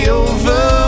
over